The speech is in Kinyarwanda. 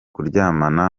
kuryamana